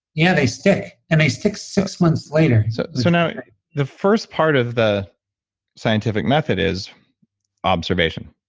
yeah. they stick. and they stick six months later so so now the first part of the scientific method is observation.